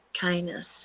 kindness